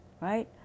right